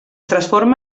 transforma